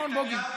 נכון, בוגי?